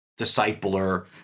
discipler